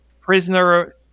prisoner